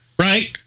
Right